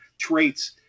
traits